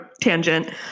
tangent